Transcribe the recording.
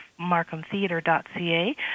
markhamtheatre.ca